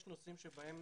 יש נושאים,